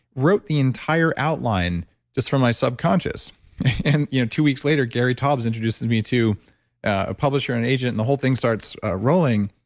wrote the entire outline just from my subconscious and you know two weeks later, gary introduces me to a publisher and agent and the whole thing starts rolling.